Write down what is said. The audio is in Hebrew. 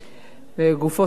לגופו של עניין,